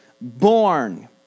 born